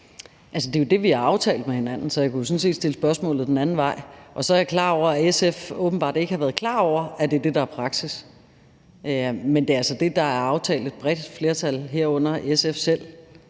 Det er jo det, vi har aftalt med hinanden. Så jeg kunne jo sådan set stille spørgsmålet den anden vej, og så er jeg klar over, at SF åbenbart ikke har været klar over, at det er det, der er praksis. Men det er altså det, der er aftalt i et bredt flertal, herunder SF selv.